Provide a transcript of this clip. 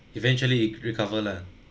eventually it recover lah